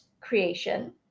creation